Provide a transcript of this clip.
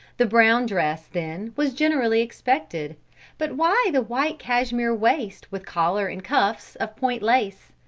the brown dress, then, was generally expected but why the white cashmere waist with collar and cuffs of point lace,